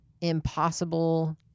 impossible